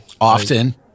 Often